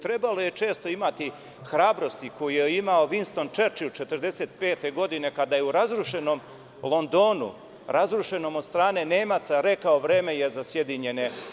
Trebalo je često imati hrabrosti koju je imao Vinston Čerčil 1945. godine, kada je u razrušenom Londonu, razrušenom od strane Nemaca, rekao – vreme je za SAD.